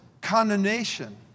condemnation